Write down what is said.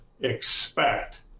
expect